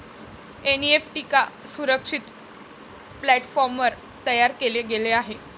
NEFT एका सुरक्षित प्लॅटफॉर्मवर तयार केले गेले आहे